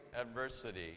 adversity